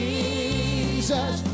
Jesus